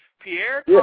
Pierre